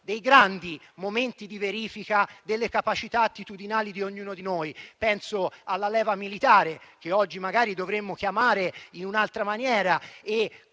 dei grandi momenti di verifica delle capacità attitudinali di ognuno di noi. Penso alla leva militare, che oggi magari dovremmo chiamare in un'altra maniera, per